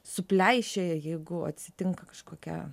supleišėja jeigu atsitinka kažkokia